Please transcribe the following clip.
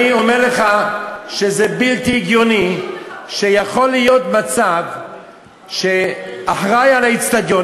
אני אומר לך שזה בלתי הגיוני שיכול להיות מצב שאחראי לאיצטדיון,